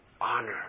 honor